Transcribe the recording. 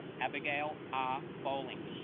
abigail are bowling